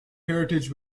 heritage